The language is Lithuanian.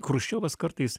chruščiovas kartais